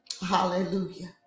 Hallelujah